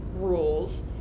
rules